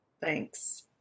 Thanks